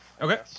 Okay